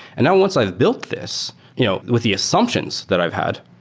and now once i've built this you know with the assumptions that i've had,